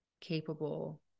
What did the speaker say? capable